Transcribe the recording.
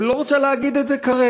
אבל היא לא רוצה להגיד את זה כרגע.